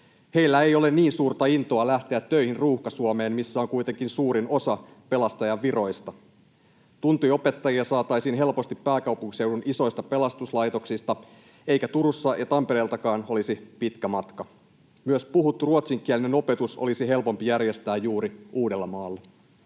Heillä ei ole niin suurta intoa lähteä töihin Ruuhka-Suomeen, missä on kuitenkin suurin osa pelastajan viroista. Tuntiopettajia saataisiin helposti pääkaupunkiseudun isoista pelastuslaitoksista, eikä Turusta ja Tampereeltakaan olisi pitkä matka. Myös puhuttu ruotsinkielinen opetus olisi helpompi järjestää juuri Uudellamaalla.